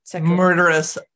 Murderous